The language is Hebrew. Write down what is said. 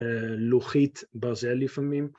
לוחית ברזל לפעמים